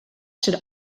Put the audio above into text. should